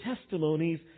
testimonies